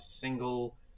single